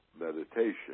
meditation